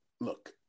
Look